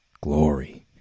glory